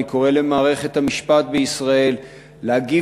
אני קורא למערכת המשפט בישראל להגיב